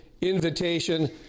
invitation